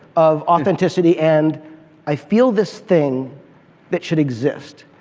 of authenticity and i feel this thing that should exist.